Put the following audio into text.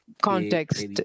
context